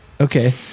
Okay